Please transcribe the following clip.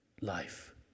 life